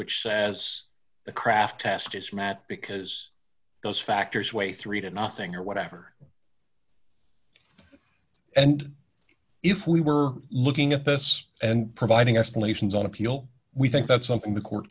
which says the craft test is mad because those factors weigh three to nothing or whatever and if we were looking at this and providing explanations on appeal we think that's something the court